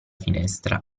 finestra